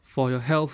for your health